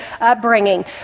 upbringing